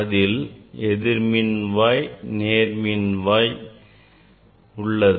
அதில் நேர்மின்வாய் மற்றும் எதிர்மின்வாய் உள்ளது